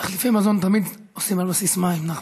תחליפי מזון תמיד עושים על בסיס מים, נחמן.